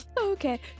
okay